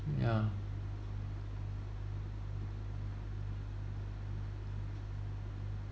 ya